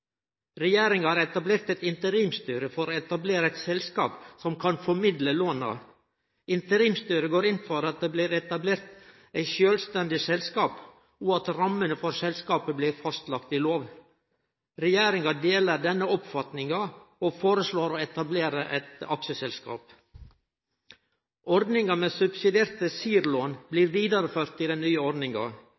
Regjeringa har etablert eit interimstyre for å etablere eit selskap som kan formidle låna. Interimstyret går inn for at det blir etablert eit sjølvstendig selskap, og at rammene for selskapet blir fastlagde i lov. Regjeringa deler denne oppfatninga og foreslår å etablere eit aksjeselskap. Subsidierte CIRR-lån blir vidareførte i den nye ordninga.